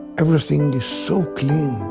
everything is so clean,